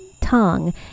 tongue